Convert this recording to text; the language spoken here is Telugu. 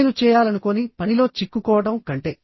నేను చేయాలనుకోని పనిలో చిక్కుకోవడం కంటే